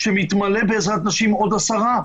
כשמתמלא בעזרת נשים עוד 10,